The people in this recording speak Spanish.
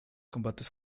combates